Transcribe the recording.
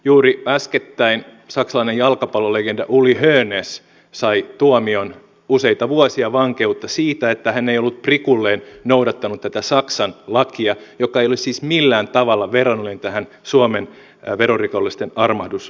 juuri äskettäin saksalainen jalkapalloilijalegenda uli hoeness sai tuomion useita vuosia vankeutta siitä että hän ei ollut prikulleen noudattanut tätä saksan lakia joka ei ole siis millään tavalla verrannollinen tähän suomen verorikollisten armahduslakiin